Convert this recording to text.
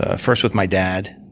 ah first with my dad,